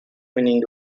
winning